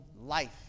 life